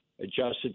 adjusted